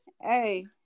Hey